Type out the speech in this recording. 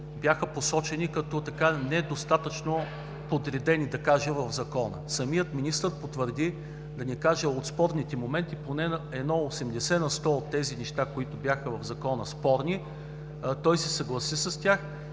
бяха посочени като „недостатъчно подредени“ да кажа в Закона. Самият министър потвърди спорните моменти. Поне за 80 от сто на тези неща, които бяха в Закона спорни, той се съгласи с тях